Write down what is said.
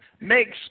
makes